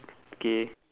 K